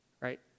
Right